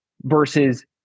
versus